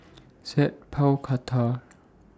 Sat Pal Khattar